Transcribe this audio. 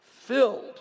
filled